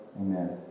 Amen